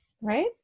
Right